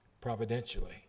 providentially